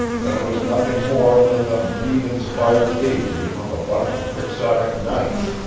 that it was nothing more than the mead-inspired daydream of a bunch of quixotic knights.